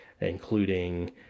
including